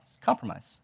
compromise